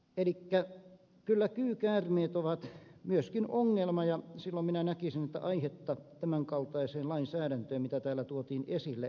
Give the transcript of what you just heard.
elikkä kyllä kyykäärmeet ovat myöskin ongelma ja silloin minä näkisin että aihetta tämänkaltaiseen lainsäädäntöön mitä täällä tuotiin esille ei ole